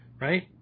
right